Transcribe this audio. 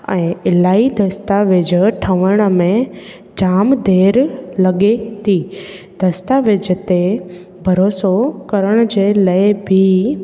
ऐं इलाही दस्तावेज़ ठहिण में जाम देरि लॻे थी दस्तावेज़ ते भरोसो करण जे लाइ बि